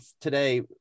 today